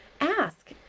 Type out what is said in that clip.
Ask